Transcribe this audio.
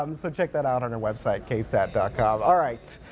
um so check that out on our website ksat dot com all rights.